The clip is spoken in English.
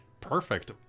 Perfect